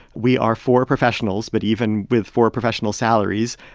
we are four professionals. but even with four professional salaries,